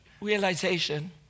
realization